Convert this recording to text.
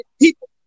people